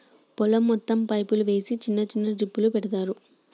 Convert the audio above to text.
పొలం మొత్తం పైపు వేసి చిన్న చిన్న డ్రిప్పులు పెడతార్